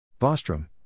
Bostrom